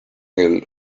küll